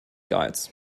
guides